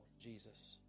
Jesus